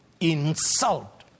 insult